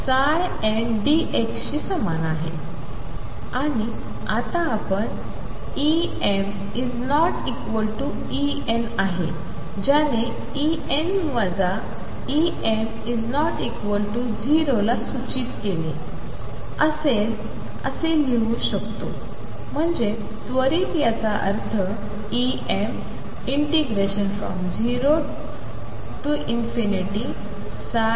शी समान आहे आणि आता आपण EmEn ज्याने En Em≠0 ला सूचित केले असेल असे लिहू शकतो म्हणजे त्वरित याचा अर्थ Em ∞mndx0